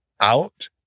out